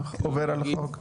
עובר על החוק?